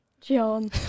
John